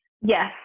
yes